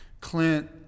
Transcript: clint